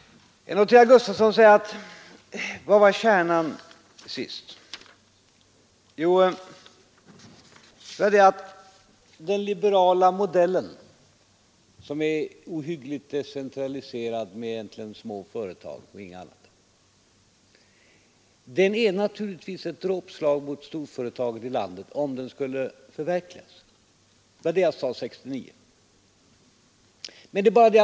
Ja, herr Gustafson, det är sant att den liberala modellen är ohyggligt decentraliserad och naturligtvis ett dråpslag mot storföretagen ute i landet — om den skulle förverkligas. Det var vad jag sade 1969.